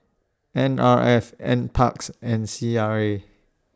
N R F N Parks and C R A